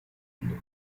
mundo